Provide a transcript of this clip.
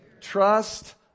Trust